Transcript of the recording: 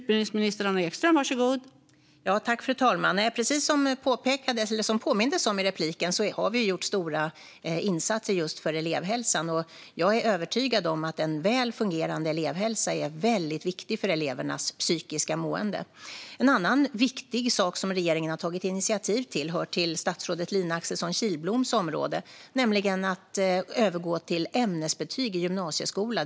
Fru talman! Precis som påmindes om nyss har vi gjort stora insatser just för elevhälsan. Jag är övertygad om att en väl fungerande elevhälsa är väldigt viktig för elevernas psykiska mående. En annan viktig sak som regeringen har tagit initiativ till hör till statsrådet Lina Axelsson Kihlbloms område, nämligen att övergå till ämnesbetyg i gymnasieskolan.